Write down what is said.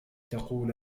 تقول